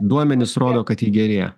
duomenys rodo kad ji gerėja